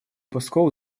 пэскоу